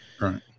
Right